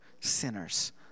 sinners